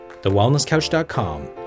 TheWellnessCouch.com